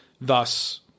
Thus